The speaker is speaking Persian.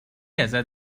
ازت